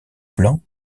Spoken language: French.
blanc